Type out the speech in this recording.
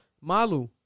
Malu